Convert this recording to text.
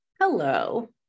Hello